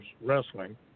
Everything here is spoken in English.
wrestling